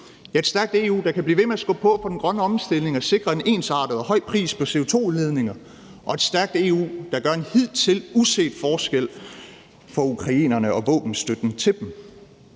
Et stærkt EU, der kan blive ved med at skubbe på for den grønne omstilling og sikre en ensartet og høj pris på CO2-udledninger og et stærkt EU, der gør en hidtil uset forskel for ukrainerne og våbenstøtten til dem.